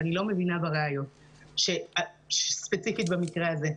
ואני לא מבינה בראיות ספציפית במקרה הזה.